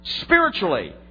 spiritually